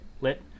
lit